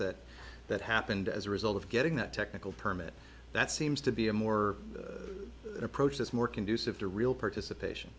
that that happened as a result of getting that technical permit that seems to be a more an approach that's more conducive to real participation